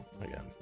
again